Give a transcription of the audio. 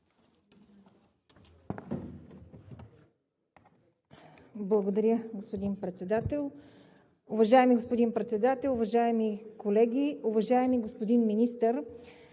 Благодаря, господин Председател. Уважаеми господин Председател, уважаеми колеги! Уважаеми господин Министър,